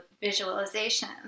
visualization